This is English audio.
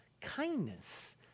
kindness